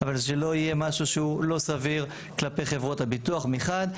אבל שלא יהיה משהו שהוא לא סביר כלפי חברות הביטוח מחד.